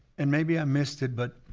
and maybe i missed it but,